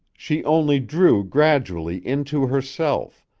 she only drew gradually into herself,